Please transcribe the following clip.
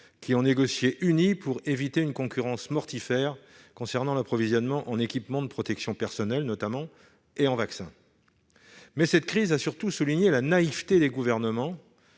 qui ont négocié unis pour éviter une concurrence mortifère concernant l'approvisionnement en équipements de protection personnelle et en vaccins. Toutefois, cette crise a surtout souligné la naïveté des gouvernements,